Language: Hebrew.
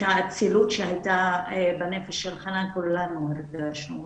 את האצילות שהייתה בנפש של חנאן כולנו הרגשנו,